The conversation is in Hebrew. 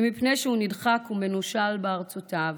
אם מפני שהוא נדחק ומנושל בארצותיו,